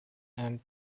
and